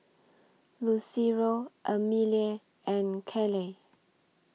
Lucero Amelie and Caleigh